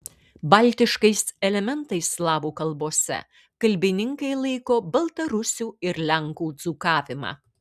baltiškais elementais slavų kalbose kalbininkai laiko baltarusių ir lenkų dzūkavimą